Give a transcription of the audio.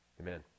amen